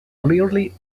clearly